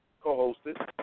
co-hosted